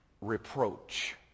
reproach